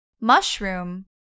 mushroom